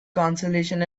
consolation